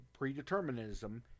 predeterminism